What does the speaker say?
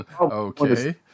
Okay